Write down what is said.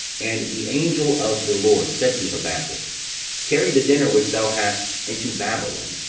and the angel of the lord said to habacuc carry the dinner which thou hast into babylon,